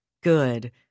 Good